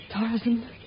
Tarzan